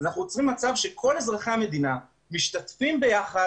אנחנו יוצרים מצב שכל אזרחי המדינה משתתפים יחד